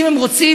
זה מפעל עוגן,